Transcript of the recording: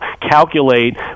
calculate